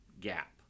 gap